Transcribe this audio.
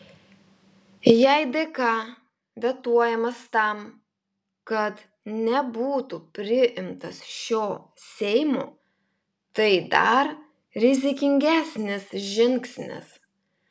jei dk vetuojamas tam kad nebūtų priimtas šio seimo tai dar rizikingesnis žingsnis